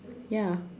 ya